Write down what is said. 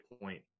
point